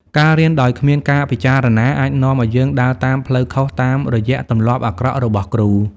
ការរៀនដោយគ្មានការពិចារណា អាចនាំឱ្យយើងដើរតាមផ្លូវខុសតាមរយៈទម្លាប់អាក្រក់របស់គ្រូ។